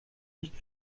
nicht